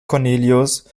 cornelius